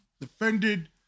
defended